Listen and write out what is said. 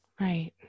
Right